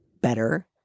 better